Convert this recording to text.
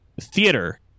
theater